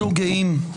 אנחנו גאים.